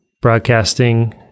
broadcasting